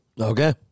Okay